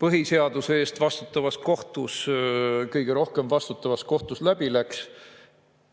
põhiseaduse eest vastutavas kohtus, kõige rohkem vastutavas kohtus läbi läks?